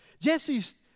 Jesse's